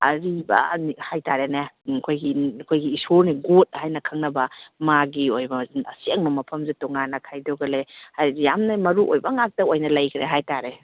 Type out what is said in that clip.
ꯑꯔꯤꯕꯅꯤ ꯍꯥꯏꯇꯥꯔꯦꯅꯦ ꯑꯩꯈꯣꯏꯒꯤ ꯑꯩꯈꯣꯏꯒꯤ ꯏꯁꯣꯔꯅꯤ ꯒꯣꯗ ꯍꯥꯏꯅ ꯈꯪꯅꯕ ꯃꯥꯒꯤ ꯑꯣꯏꯕ ꯑꯁꯦꯡꯕ ꯃꯐꯝꯁꯦ ꯇꯣꯉꯥꯟꯅ ꯈꯥꯏꯗꯣꯛꯑꯒ ꯂꯩ ꯍꯥꯏꯕꯗꯤ ꯌꯥꯝꯅ ꯃꯔꯨ ꯑꯣꯏꯕ ꯉꯥꯛꯇ ꯑꯣꯅ ꯂꯩꯈꯔꯦ ꯍꯥꯏꯇꯥꯔꯦ